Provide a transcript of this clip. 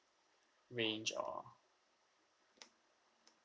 range or